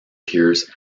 piers